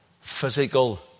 Physical